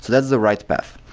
that's the write path.